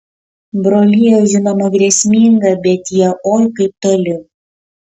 brolija žinoma grėsminga bet jie oi kaip toli